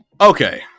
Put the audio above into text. Okay